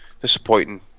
disappointing